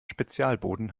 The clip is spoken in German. spezialboden